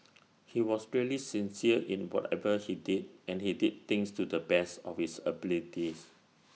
he was really sincere in whatever he did and he did things to the best of his abilities